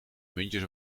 muntjes